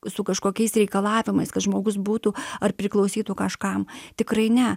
su kažkokiais reikalavimais kad žmogus būtų ar priklausytų kažkam tikrai ne